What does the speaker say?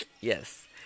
Yes